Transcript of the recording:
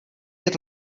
jet